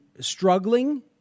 struggling